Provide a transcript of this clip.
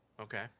Okay